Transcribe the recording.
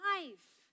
life